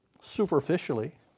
superficially